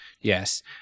yes